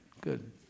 good